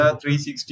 360